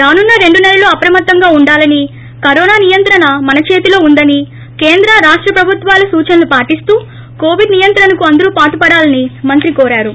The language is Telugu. రానున్న రెండు నెలలు అప్రమత్తంగా ఉండాలని కరోనా నియంత్రణ మన చేతిలో ఉందని కేంద్ర రాష్ణ ప్రభుత్వాలు సూచనలు పాటిస్తూ కోవిడ్ నియంత్రణకు అందరూ పాటుపడాలని మంత్రి కోరారు